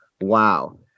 Wow